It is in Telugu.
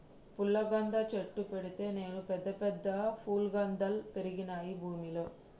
పుల్లగంద చెట్టు పెడితే నేను పెద్ద పెద్ద ఫుల్లగందల్ పెరిగినాయి భూమిలో